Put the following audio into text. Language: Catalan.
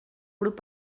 grup